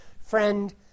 friend